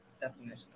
definition